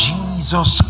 Jesus